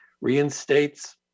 reinstates